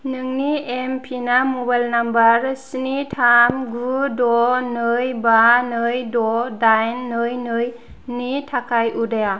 नोंनि एम पिना मबाइल नाम्बार स्नि थाम गु द नै बा नै द दाइन नै नै नि थाखाय उदाया